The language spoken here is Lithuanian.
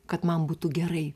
kad man būtų gerai